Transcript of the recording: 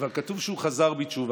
אבל כתוב שהוא חזר בתשובה.